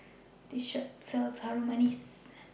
This Shop sells Harum Manis